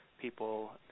people